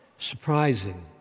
surprising